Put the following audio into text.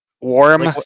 Warm